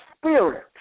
Spirit